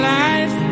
life